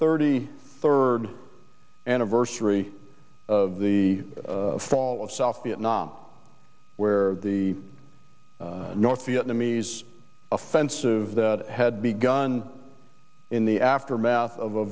thirty third anniversary of the fall of south vietnam where the north vietnamese offensive that had begun in the aftermath of a